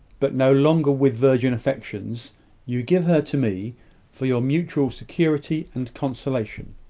but no longer with virgin affections you give her to me for your mutual security and consolation.